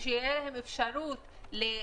וכדי שתהיה להם אפשרות לתחזק.